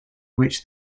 which